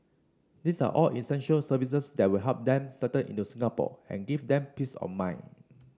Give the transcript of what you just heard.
these are all essential services that will help them settle into Singapore and give them peace of mind